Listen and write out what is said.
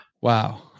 Wow